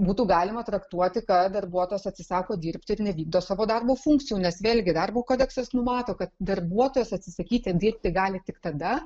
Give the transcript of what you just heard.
būtų galima traktuoti kad darbuotojas atsisako dirbti ir nevykdo savo darbo funkcijų nes vėlgi darbo kodeksas numato kad darbuotojas atsisakyti dirbti gali tik tada